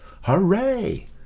Hooray